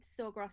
Sawgrass